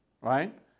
right